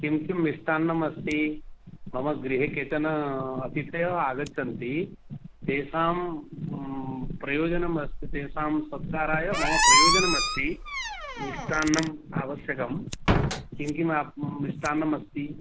किं किं मिष्टान्नम् अस्ति मम गृहे केचन अतिथयः आगच्छन्ति तेषां प्रयोजनम् अस्ति तेषां सत्काराय मम प्रयोजनमस्ति मिष्टान्नम् आवश्यकं किं किम् आपः मिष्टान्नम् अस्ति